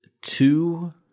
two